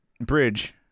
bridge